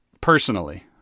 personally